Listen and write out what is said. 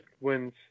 wins